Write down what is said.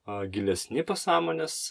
a gilesni pasąmonės